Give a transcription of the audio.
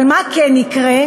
אבל מה כן יקרה?